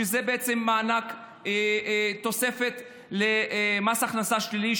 שזה בעצם מענק תוספת למס הכנסה שלילי,